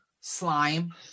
slime